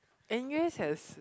N_U_S has